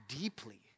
deeply